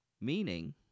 Meaning